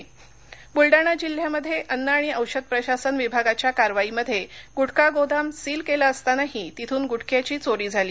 निलंबन बुलडाणा जिल्ह्यामध्ये अन्न आणि औषध प्रशासन विभागाच्या कारवाईमध्ये गुटखा गोदाम सिल केलं असतानाही तिथून गुटख्याची चोरी झाली